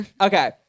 Okay